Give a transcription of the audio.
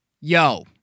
Yo